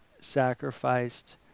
sacrificed